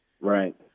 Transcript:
Right